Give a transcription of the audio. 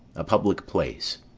a public place.